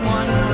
one